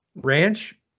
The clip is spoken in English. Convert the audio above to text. Ranch